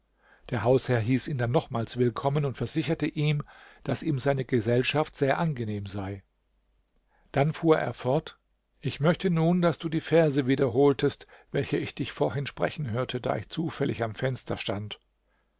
der hausherr hieß ihn dann nochmals willkommen und versicherte ihn daß ihm seine gesellschaft sehr angenehm sei dann fuhr er fort ich möchte nun daß du die verse wiederholtest welche ich dich vorhin sprechen hörte da ich zufällig am fenster stand